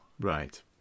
Right